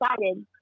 excited